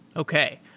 okay.